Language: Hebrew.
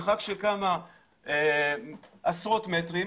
מרחק של כמה עשרות מטרים,